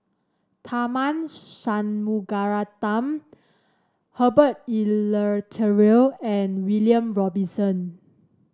Tharman Shanmugaratnam Herbert Eleuterio and William Robinson